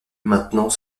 maintenant